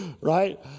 Right